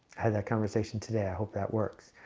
have that conversation today, i hope that works,